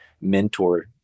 mentor